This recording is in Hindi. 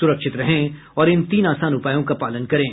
सुरक्षित रहें और इन तीन आसान उपायों का पालन करें